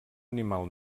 animal